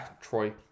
Troy